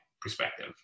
perspective